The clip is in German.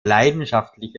leidenschaftliche